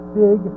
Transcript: big